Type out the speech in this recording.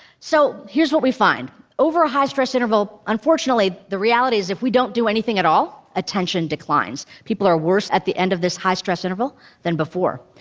so here's what we find. over a high-stress interval, unfortunately, the reality is if we don't do anything at all, attention declines, people are worse at the end of this high-stress interval than before.